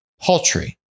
paltry